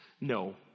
No